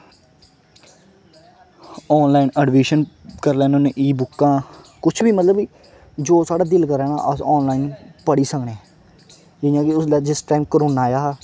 online admission करी लैन्ने होन्ने ई बुक्कां कुछ बी मतलब जो साढ़ी दिल करै ना अस आनलाइन पढ़ी सकने इ'यां ते ते जिस टाइम करोना आया हा